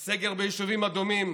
סגר ביישובים אדומים,